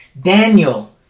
Daniel